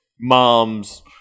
Moms